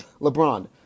LeBron